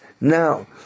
Now